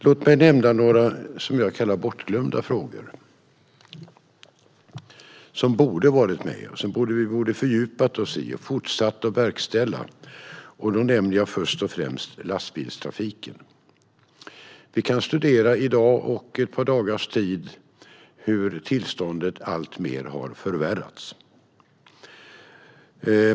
Låt mig nämna några bortglömda frågor som borde ha varit med och som vi borde ha fördjupat oss i och fortsatt att verkställa. Jag ska först och främst nämna lastbilstrafiken. Vi ser dagligen hur tillståndet förvärras alltmer.